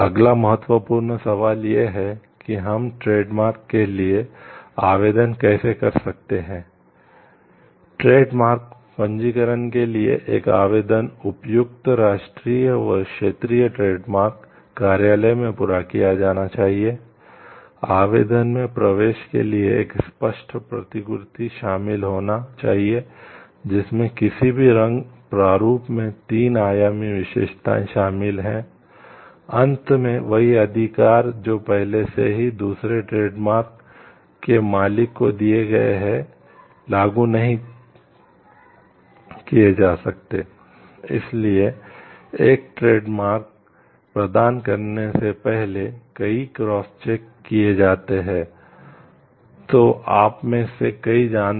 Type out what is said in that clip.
अगला महत्वपूर्ण सवाल यह है कि हम ट्रेडमार्क के मालिक को दिए गए हैं लागू नहीं किए जा सकते